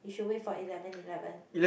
you should wait for eleven eleven